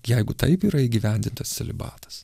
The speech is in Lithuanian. jeigu taip yra įgyvendintas celibatas